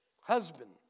Husband